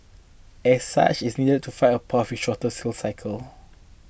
as such it needed to find a path with a shorter sales cycle